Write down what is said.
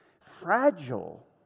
fragile